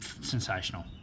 sensational